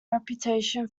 reputation